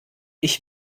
ich